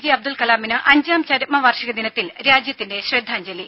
J Abdul കലാമിന് അഞ്ചാം ചരമ വാർഷിക ദിനത്തിൽ രാജ്യത്തിന്റെ ശ്രദ്ധാഞ്ജലി